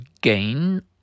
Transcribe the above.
gain